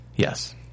Yes